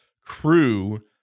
crew